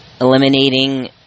eliminating